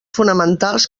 fonamentals